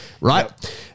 right